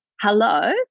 hello